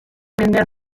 mendean